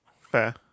Fair